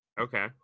Okay